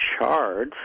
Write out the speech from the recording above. chards